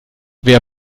wer